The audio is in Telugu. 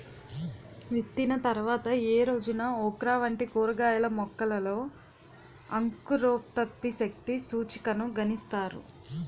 విత్తిన తర్వాత ఏ రోజున ఓక్రా వంటి కూరగాయల మొలకలలో అంకురోత్పత్తి శక్తి సూచికను గణిస్తారు?